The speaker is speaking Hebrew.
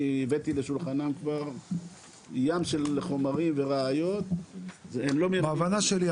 אני הבאתי לשולחנם כבר ים של חומרים וראיות- -- בהבנה שלי,